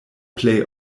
plej